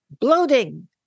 bloating